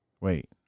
Wait